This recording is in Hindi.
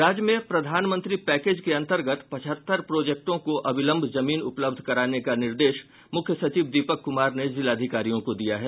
राज्य में प्रधानमंत्री पैकेज के अंतर्गत पचहत्तर प्रोजेक्टों को अविलंब जमीन उपलब्ध कराने का निर्देश मुख्य सचिव दीपक कुमार ने जिलाधिकारियों को दिया है